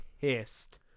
pissed